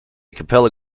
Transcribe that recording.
capella